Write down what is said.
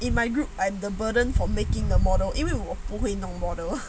in my group I'm the burden for making the model 因为我不会弄 model